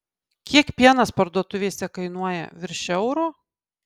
kiek pienas parduotuvėse kainuoja virš euro